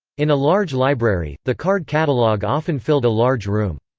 in a large library, the card catalogue often filled a large room.